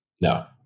No